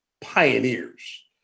pioneers